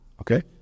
okay